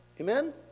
Amen